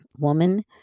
woman